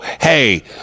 hey